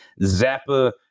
Zappa